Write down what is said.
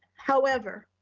however,